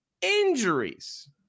injuries